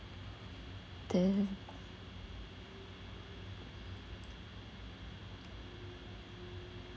then